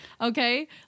okay